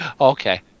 Okay